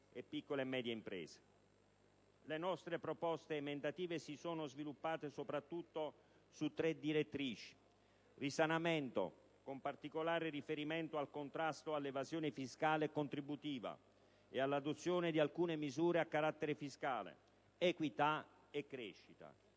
e piccole e medie imprese. Le nostre proposte emendative si sono sviluppate soprattutto su tre direttrici: risanamento, con particolare riferimento al contrasto all'evasione fiscale e contributiva e all'adozione di alcune misure a carattere fiscale; equità; crescita.